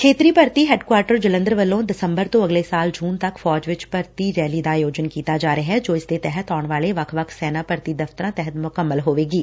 ਖੇਤਰੀ ਭਰਤੀ ਹੈਡਕੁਆਟਰ ਜਲੰਧਰ ਵੱਲੋ' ਦਸੰਬਰ ਤੋ' ਅਗਲੇ ਸਾਲ ਜੁਨ ਤੱਕ ਫੌਜ ਵਿਚ ਭਰਤੀ ਰੈਲੀ ਦਾ ਆਯੋਜਨ ਕੀਤਾ ਜਾ ਰਿਹੈ ਜੋ ਇਸਦੇ ਤਹਿਤ ਆਉਣ ਵਾਲੇ ਵੱਖ ਸੈਨਾ ਭਰਤੀ ਦਫ਼ਤਰਾਂ ਵਿਚ ਕੀਤੀ ਜਾਵੇਗੀ